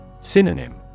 Synonym